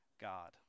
God